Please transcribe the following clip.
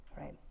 right